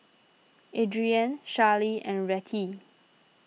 Adrianne Charley and Rettie